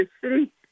City